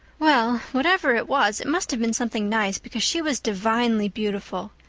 well, whatever it was it must have been something nice because she was divinely beautiful.